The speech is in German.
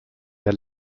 der